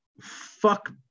fuck